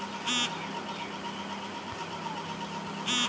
सौसें दुनियाँक बहुत देश मे फसल कटनी केर पाबनि मनाएल जाइ छै